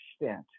extent